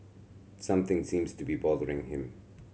something seems to be bothering him